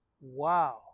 wow